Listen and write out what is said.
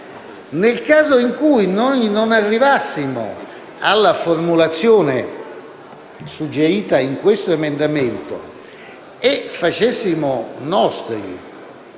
Nel caso in cui noi non arrivassimo alla formulazione suggerita nell'emendamento 4.201 e facessimo nostri